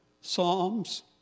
Psalms